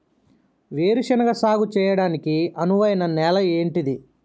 వేరు శనగ సాగు చేయడానికి అనువైన నేల ఏంటిది?